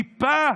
טיפה?